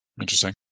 Interesting